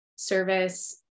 service